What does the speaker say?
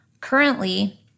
currently